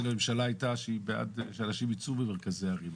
הממשלה הייתה בעד זה שאנשים ייצאו ממרכזי ערים.